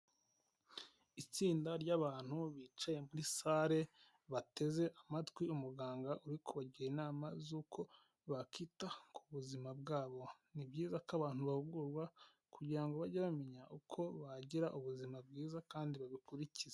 Itsinda ry'abantu bicaye muri sale bateze amatwi umuganga uri kubagira inama zuko bakita kubuzima bwabo nibyiza ko abantu bahugurwa kugirango bajye bamenya uko bagira ubuzima bwiza kandi babukurikiza.